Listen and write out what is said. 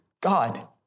God